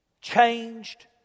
changed